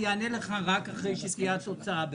אני אענה לך רק אחרי שתהיה התוצאה.